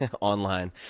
online